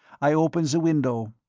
i opened the window.